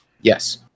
yes